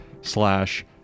slash